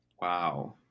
Wow